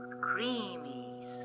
creamy